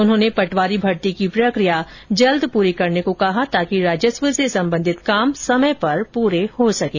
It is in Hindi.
उन्होंने पटवारी भर्ती की प्रक्रिया जल्द पूरी करने के निर्देश दिए ताकि राजस्व से संबंधित काम समय पर पूरे हो सकें